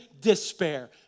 despair